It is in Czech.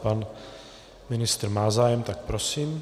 Pan ministr má zájem, tak prosím.